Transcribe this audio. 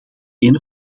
een